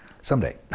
someday